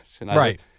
Right